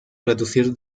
reducir